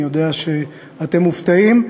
אני יודע שאתם מופתעים.